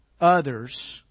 others